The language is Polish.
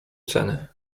ceny